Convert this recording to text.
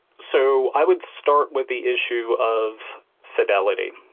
so i would start with the issue of fidelity.